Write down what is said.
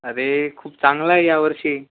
अरे खूप चांगला आहे यावर्षी